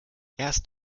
erst